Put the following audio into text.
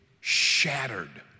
shattered